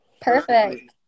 Perfect